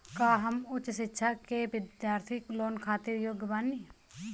का हम उच्च शिक्षा के बिद्यार्थी लोन खातिर योग्य बानी?